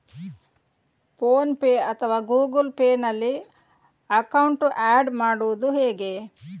Phone pay ಅಥವಾ Google Pay ನಲ್ಲಿ account add ಮಾಡುವುದು ಹೇಗೆ?